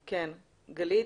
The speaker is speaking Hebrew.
גלית,